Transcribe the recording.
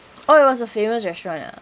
oh it was a famous restaurant ah